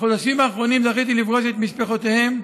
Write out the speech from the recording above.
בחודשים האחרונים זכיתי לפגוש את משפחותיהם,